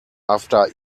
after